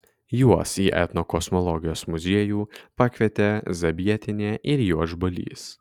juos į etnokosmologijos muziejų pakvietė zabietienė ir juodžbalys